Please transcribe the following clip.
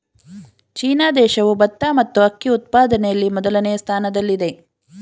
China ದೇಶವು ಭತ್ತ ಮತ್ತು ಅಕ್ಕಿ ಉತ್ಪಾದನೆಯಲ್ಲಿ ಮೊದಲನೇ ಸ್ಥಾನದಲ್ಲಿದೆ